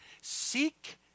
seek